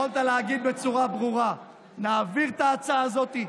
יכולת להגיד בצורה ברורה: נעביר את ההצעה הזאת,